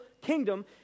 kingdom